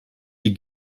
die